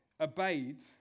obeyed